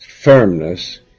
firmness